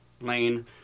Lane